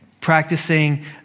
practicing